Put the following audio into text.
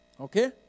Okay